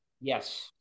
Yes